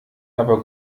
aber